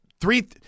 three –